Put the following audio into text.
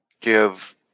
give